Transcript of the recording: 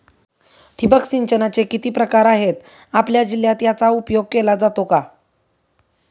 ठिबक सिंचनाचे किती प्रकार आहेत? आपल्या जिल्ह्यात याचा उपयोग केला जातो का?